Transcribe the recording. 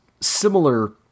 similar